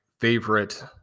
Favorite